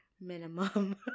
minimum